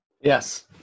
Yes